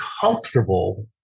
comfortable